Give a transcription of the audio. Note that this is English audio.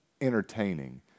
entertaining